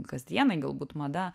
kasdienai galbūt mada